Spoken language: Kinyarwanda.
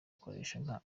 akoresha